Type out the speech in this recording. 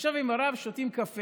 יושב עם הרב, שותים קפה.